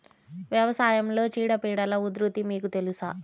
వ్యవసాయంలో చీడపీడల ఉధృతి మీకు తెలుసా?